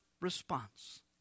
response